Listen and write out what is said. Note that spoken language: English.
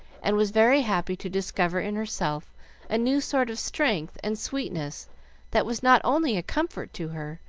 and was very happy to discover in herself a new sort of strength and sweetness that was not only a comfort to her,